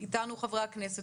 איתנו חברי הכנסת.